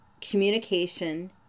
communication